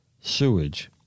sewage